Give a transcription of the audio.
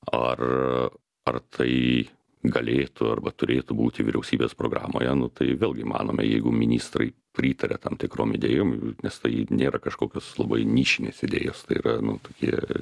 ar ar tai galėtų arba turėtų būti vyriausybės programoje nu tai vėlgi įmanoma jeigu ministrai pritaria tam tikrom idėjom nes tai nėra kažkokios labai nišinės idėjos tai yra nu tokie